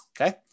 okay